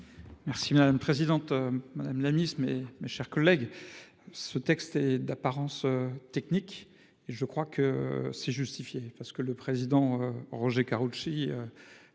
Merci madame présidente madame la miss mais mes chers collègues. Ce texte est d'apparence technique et je crois que c'est justifié parce que le président Roger Karoutchi.